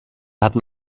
hatten